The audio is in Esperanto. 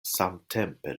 samtempe